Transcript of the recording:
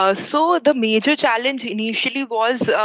ah so ah the major challenge initially was